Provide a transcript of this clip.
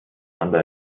under